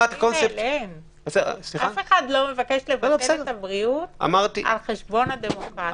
אף אחד לא מבקש לבטל את הבריאות על חשבון הדמוקרטיה.